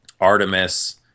Artemis